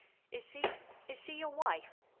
is she is she your wife?